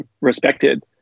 respected